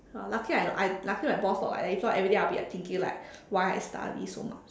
!wah! lucky I I lucky my boss not like that if not everyday I'll be like thinking like why I study so much